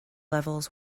levels